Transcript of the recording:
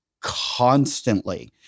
constantly